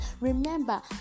remember